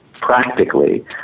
practically